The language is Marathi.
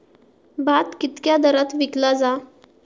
भात कित्क्या दरात विकला जा?